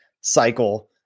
cycle